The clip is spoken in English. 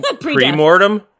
pre-mortem